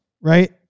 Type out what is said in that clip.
Right